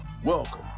Welcome